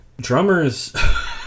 Drummers